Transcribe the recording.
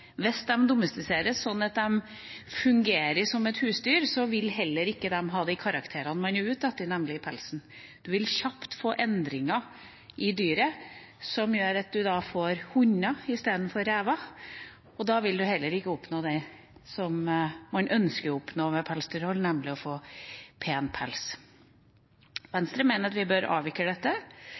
Hvis de domestiseres sånn at de fungerer som et husdyr, vil de heller ikke ha det karakteristiske man er ute etter, nemlig pelsen. Man vil kjapt få endringer i dyret, som gjør at man får hunder istedenfor rever. Da vil man heller ikke oppnå det man ønsker å oppnå med pelsdyrhold, nemlig å få pen pels. Venstre mener at vi bør avvikle dette.